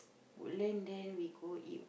Woodland there we go eat